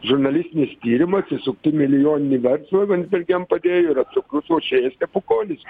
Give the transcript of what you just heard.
žurnalistinis tyrimas įsukti milijoninį verslą landsbergiam padėjo ir apsukrus lošėjas stepukonis